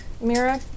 Mira